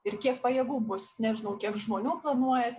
ir kiek pajėgų bus nežinau kiek žmonių planuojat